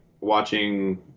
watching